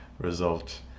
result